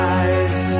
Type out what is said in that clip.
eyes